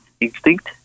instinct